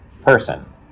person